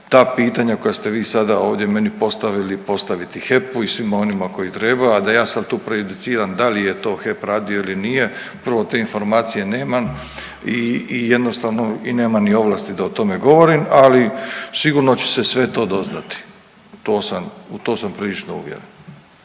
ta pitanja koja ste vi sada ovdje meni postavili postaviti HEP-u i svima onima koji treba, a da ja sad tu prejudiciram da li je to HEP radio ili nije, prvo te informacije nemam i jednostavno nemam ni ovlasti da o tome govorim, ali sigurno će se sve to doznati. To sam, u to sam prilično uvjeren.